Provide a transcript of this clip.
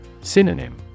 Synonym